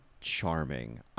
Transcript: charming